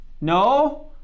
No